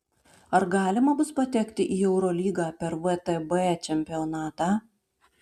ar galima bus patekti į eurolygą per vtb čempionatą